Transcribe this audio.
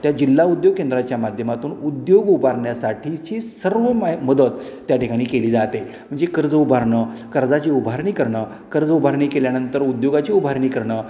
त्या जिल्हा उद्योग केंद्राच्या माध्यमातून उद्योग उभारण्यासाठीची सर्व मै मदत त्या ठिकाणी केली जाते म्हणजे कर्ज उभारणं कर्जाची उभारणी करणं कर्ज उभारणी केल्यानंतर उद्योगाची उभारणी करणं